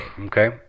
Okay